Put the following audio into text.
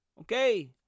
okay